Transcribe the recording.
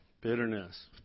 Bitterness